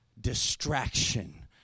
distraction